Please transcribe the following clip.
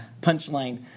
punchline